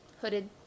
hooded